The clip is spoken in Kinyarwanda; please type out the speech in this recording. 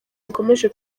bakomeje